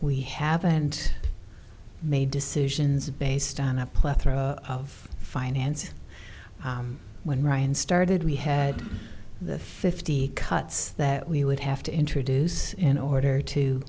we haven't made decisions based on a plethora of finances when ryan started we had the fifty cuts that we would have to introduce in order to